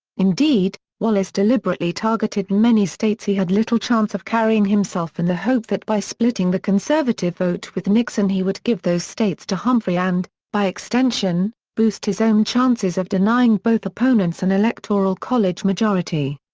indeed, wallace deliberately targeted many states he had little chance of carrying himself in the hope that by splitting the conservative vote with nixon he would give those states to humphrey and, by extension, boost his own chances of denying both opponents an and electoral college majority.